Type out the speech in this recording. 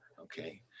okay